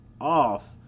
off